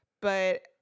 but-